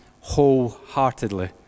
wholeheartedly